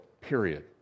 period